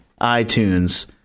iTunes